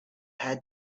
had